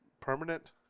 permanent